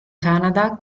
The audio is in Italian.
canada